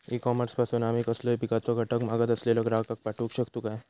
E commerce पासून आमी कसलोय पिकाचो घटक मागत असलेल्या ग्राहकाक पाठउक शकतू काय?